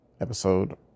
episode